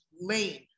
lane